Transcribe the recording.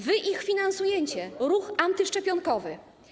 Wy ich finansujecie - ruch antyszczepionkowy.